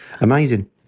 Amazing